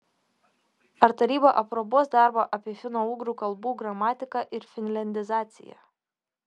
ar taryba aprobuos darbą apie finougrų kalbų gramatiką ir finliandizaciją